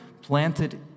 planted